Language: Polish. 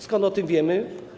Skąd o tym wiemy?